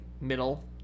middle